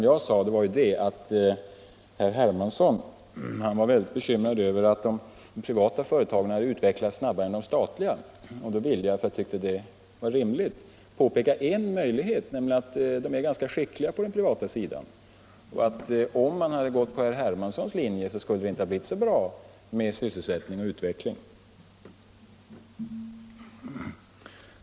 Herr Hermansson var bekymrad över att de privata företagen utvecklats snabbare än de statliga. Då tyckte jag det var rimligt att påpeka att företagsledningarna på den privata sidan är ganska skickliga och att det, om man gått på herr Hermanssons linje, inte skulle ha blivit så bra med sysselsättning och utveckling.